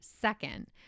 second